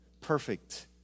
perfect